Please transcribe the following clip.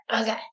okay